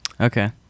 Okay